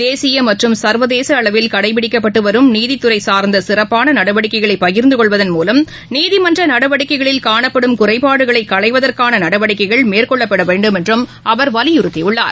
தேசியமற்றும் கடைபிடிக்கப்பட்டுவரும் சர்வதேசஅளவில் நீதித்துறைசார்ந்தசிறப்பானநடவடிக்கைகளைபகிர்ந்துகொள்வதன் மூலம் நீதிமன்றநடவடிக்கைகளில் காணப்படும் குறைபாடுகளைகளைவதற்கானநடவடிக்கைகள் மேற்கொள்ளப்படவேண்டும் என்றுஅவர் அறிவுறுத்தியுள்ளார்